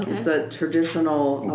it's a traditional,